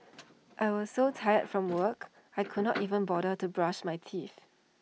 I was so tired from work I could not even bother to brush my teeth